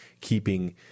keeping